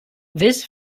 this